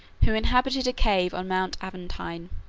who inhabited a cave on mount aventine,